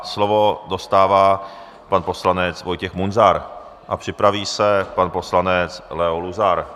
Slovo dostává pan poslanec Vojtěch Munzar a připraví se pan poslanec Leo Luzar.